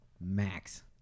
max